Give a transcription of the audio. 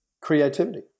creativity